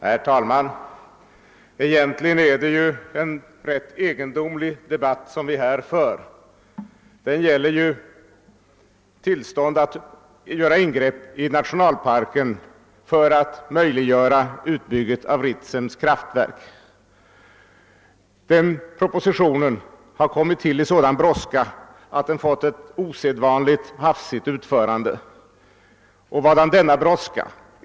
Herr talman! Egentligen är den här debatten rätt egendomlig. Den gäller ju tillstånd att företa ingrepp i Stora Sjöfallets nationalpark för att möjliggöra utbyggande av Ritsems kraftverk. Propositionen har tillkommit i en sådan brådska, att den fått ett osedvanligt hafsigt utförande, och vadan denna brådska?